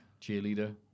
cheerleader